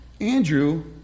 Andrew